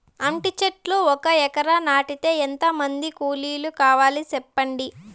అంటి చెట్లు ఒక ఎకరా నాటేకి ఎంత మంది కూలీలు కావాలి? సెప్పండి?